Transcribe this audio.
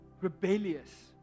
rebellious